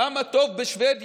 כמה טוב בשבדיה,